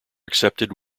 accepted